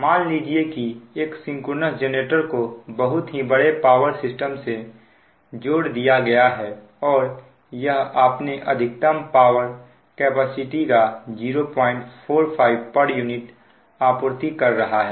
मान लीजिए कि एक सिंक्रोनस जेनरेटर को बहुत ही बड़े पावर सिस्टम से जोड़ दिया गया है और यह अपने अधिकतम पावर कैपेसिटी का 045 pu आपूर्ति कर रहा है